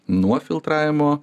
nuo filtravimo